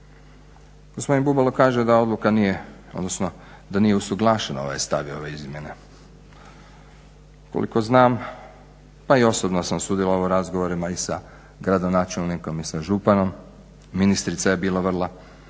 da odluka nije odnosno da nije usuglašen ovaj stav i ove izmjene. Koliko znam, pa i osobno sam sudjelovao u nagovorima i sa gradonačelnikom i sa županom, ministrica je bila vrlo